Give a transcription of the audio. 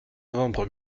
novembre